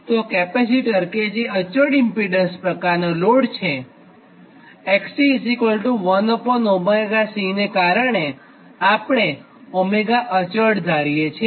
તો કેપેસિટર કે જે અચળ ઇમ્પીડન્સ પ્રકારનો લોડ છે XC 1𝜔C ને કારણે આપણે 𝜔 અચળ ધારીએ છીએ